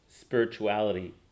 spirituality